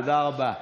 תודה רבה.